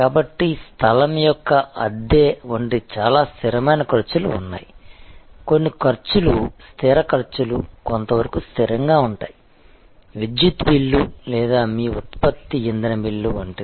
కాబట్టి స్థలం యొక్క అద్దె వంటి చాలా స్థిరమైన ఖర్చులు ఉన్నాయి కొన్ని ఖర్చులు స్థిర ఖర్చులు కొంత వరకు స్థిరంగా ఉంటాయి విద్యుత్ బిల్లు లేదా మీ ఉత్పత్తి ఇంధన బిల్లు వంటివి